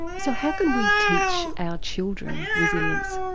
so how can we teach our children resilience?